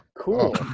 cool